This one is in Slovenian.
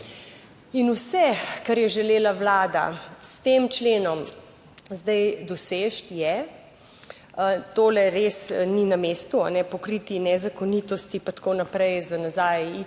In vse, kar je želela Vlada s tem členom zdaj doseči je, tole res ni na mestu, pokriti nezakonitosti pa tako naprej, za nazaj, itak